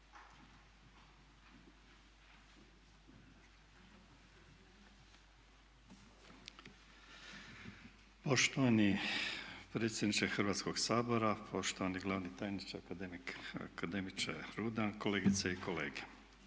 Poštovani predsjedniče Hrvatskog sabora, poštovani glavni tajniče akademiče Rudan, kolegice i kolege.